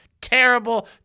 Terrible